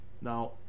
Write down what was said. Now